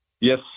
Yes